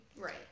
Right